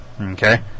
Okay